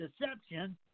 deception